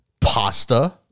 Pasta